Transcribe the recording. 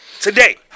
today